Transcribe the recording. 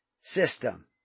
system